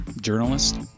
journalist